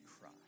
cry